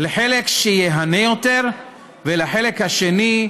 לחלק שייהנה יותר ולחלק השני,